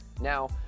Now